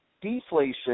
deflation